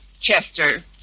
Chester